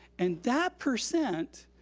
and that percent,